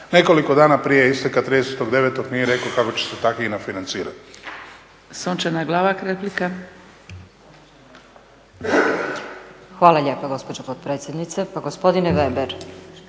Nekoliko dana prije isteka 30.09. nije rečeno kako će se ta HINA financirati.